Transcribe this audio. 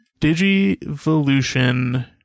digivolution